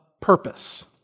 purpose